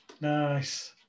Nice